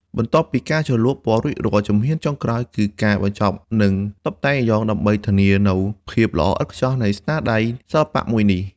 បន្ទាប់ពីការជ្រលក់ពណ៌រួចរាល់ ជំហានចុងក្រោយគឺការបញ្ចប់និងតុបតែងអាយ៉ងដើម្បីធានានូវភាពល្អឥតខ្ចោះនៃស្នាដៃសិល្បៈមួយនេះ។